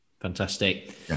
Fantastic